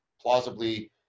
plausibly